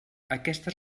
aquestes